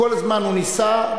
וכל הזמן הוא ניסה,